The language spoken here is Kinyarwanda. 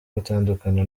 gutandukana